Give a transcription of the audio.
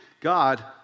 God